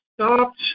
stopped